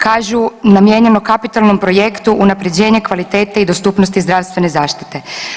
Kažu namijenjeno kapitalnom projektu unapređenje kvalitete i dostupnosti zdravstvene zaštite.